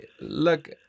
Look